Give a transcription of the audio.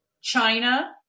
China